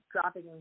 dropping